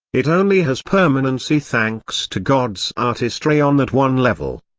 it only has permanency thanks to god's artistry on that one level.